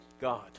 God